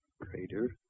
greater